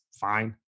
fine